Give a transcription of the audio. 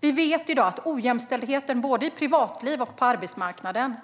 Vi vet i dag att ojämställdheten både i privatlivet och på arbetsmarknaden